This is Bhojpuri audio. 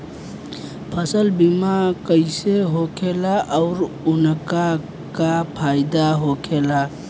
फसल बीमा कइसे होखेला आऊर ओकर का फाइदा होखेला?